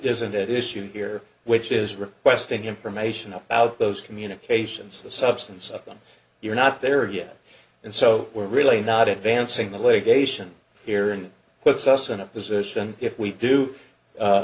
isn't it issue here which is requesting information about those communications the substance of them you're not there yet and so we're really not advancing the litigation here and puts us in a position if we do a